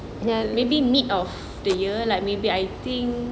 maybe mid of the year like maybe I think